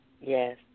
Yes